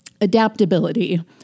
adaptability